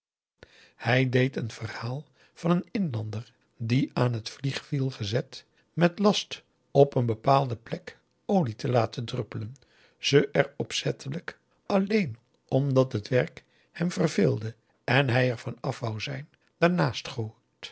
hij deed een verhaal van een inlander die aan het vliegwiel gezet met last op een bepaalde plek olie te laten druppelen ze er opzettelijk alleen omdat het werk hem verveelde en hij er van af wou zijn